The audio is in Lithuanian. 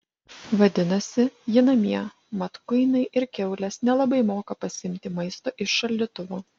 vadinasi ji namie mat kuinai ir kiaulės nelabai moka pasiimti maisto iš šaldytuvo